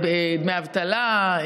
דמי אבטלה,